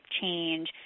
change